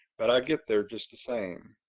but i get there just the same.